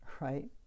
right